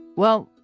well,